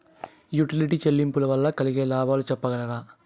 Utility చెల్లింపులు వల్ల కలిగే లాభాలు సెప్పగలరా?